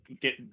get